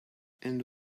and